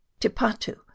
tipatu